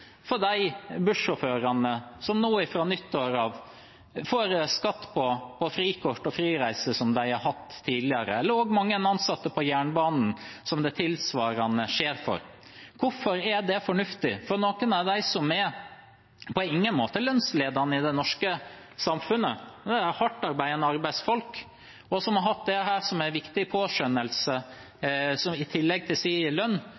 for de bussjåførene som fra nyttår av får skatt på frikort og frireiser som de har hatt tidligere – eller mange ansatte på jernbanen som det tilsvarende skjer for. Hvorfor er det fornuftig? De er på ingen måte lønnsledende i det norske samfunnet, det er hardtarbeidende arbeidsfolk som har hatt dette som en viktig påskjønnelse i tillegg til sin lønn.